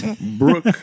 Brooke